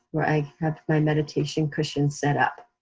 where i have my meditation cushion set up.